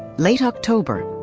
late-october,